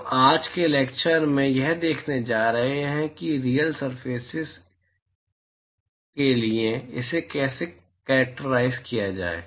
हम आज के लैक्चर में यह देखने जा रहे हैं कि रीयल सरफेसके लिए इसे कैसे कैरेक्टराइज़ किया जाए